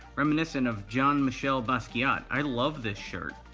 reminiscent of john michel basquiat. i love this shirt.